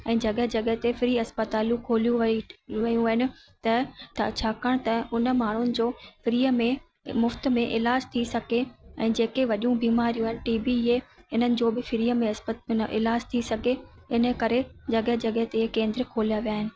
ऐं जॻहि जॻहि ते फ़्री अस्पतालूं खोलियूं वई वयूं आहिनि त त छाकाणि त उन माण्हुनि जो फ़्रीअ में मुफ़्त में इलाजु थी सघे ऐं जेके वॾियूं बीमारियूं आहिनि टी बी ये इन्हनि जो बि फ़्रीअ में अस्पत इन जो इलाजु थी सघे इन करे जॻहि जॻहि ते केन्द्र खोलिया विया आहिनि